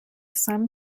sum